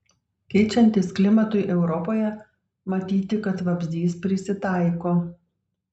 keičiantis klimatui europoje matyti kad vabzdys prisitaiko